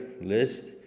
list